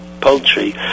poultry